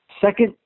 second